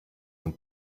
und